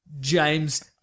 James